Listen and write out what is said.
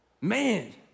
man